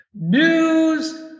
news